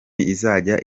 izajya